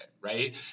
right